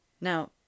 Now